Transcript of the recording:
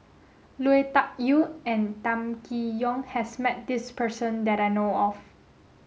Lui Tuck Yew and Kam Kee Yong has met this person that I know of